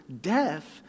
death